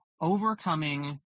overcoming